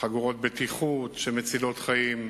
ויש חגורות בטיחות שמצילות חיים.